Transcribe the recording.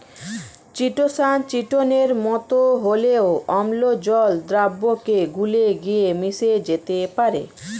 chitosan চিটোনের মতো হলেও অম্ল জল দ্রাবকে গুলে গিয়ে মিশে যেতে পারে